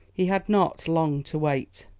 he had not long to wait.